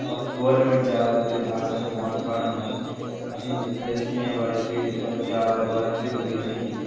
बाकी government job ते अस आपूं अनपढ़ माराज असें इंडस्ट्रियें बारे च बी मतलब जाब दे बारे च बी कोई असें